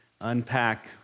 unpack